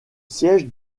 siège